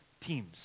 teams